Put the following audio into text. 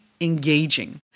engaging